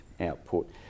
output